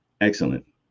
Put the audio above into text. Excellent